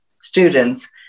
students